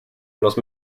los